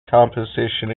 composition